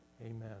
Amen